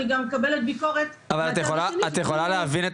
אני מקבלת ביקורת את יכולה להבין את